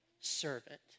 servant